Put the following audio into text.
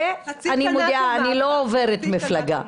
חצי שנה של מאבק,